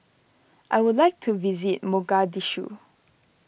I would like to visit Mogadishu